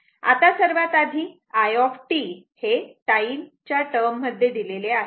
आता सर्वात आधी i हे टाईम च्या टर्म मध्ये दिलेले आहे